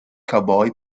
cowboy